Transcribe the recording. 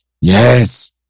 Yes